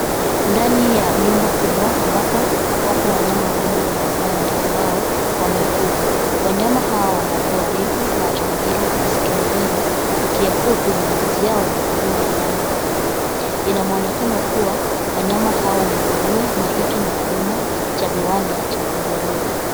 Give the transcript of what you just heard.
Ndani ya nyumba kubwa ambapo wanyama wengi wa nyumbani ambao, wamefugwa. Wanyama hawa wana pua refu, macho mbili, masikio mbili, mkia fupi na ngozi yao ina manyonya ya rangi nyeupe, ina mwonekano kuwa wanyama ni nguruwe, na hiki ni kilimo cha viwanda cha nguruwe.